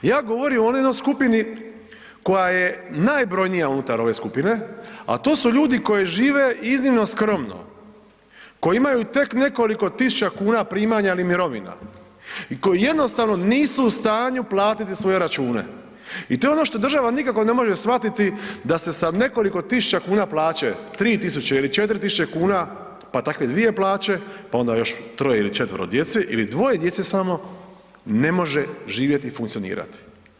Ja govorim o onoj jednoj skupini koja je najbrojnija unutar ove skupine, a to su ljudi koji žive iznimno skromno, koji imaju tek nekoliko tisuća kuna primanja ili mirovina i koji jednostavno nisu u stanju platiti svoje račune i to je ono što država nikako ne može shvatiti da se sa nekoliko tisuća kuna plaće, 3.000,00 ili 4.000,00 kn, pa takve dvije plaće, pa onda još 3-oje ili 4-ero djece ili dvoje djece samo, ne može živjeti i funkcionirati.